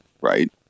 right